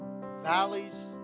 valleys